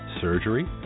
surgery